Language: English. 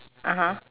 (uh huh)